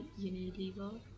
Unilever